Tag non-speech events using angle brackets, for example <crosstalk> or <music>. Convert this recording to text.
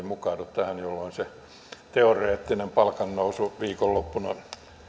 <unintelligible> mukaudu tähän jolloin se teoreettinen palkannousu viikonloppuna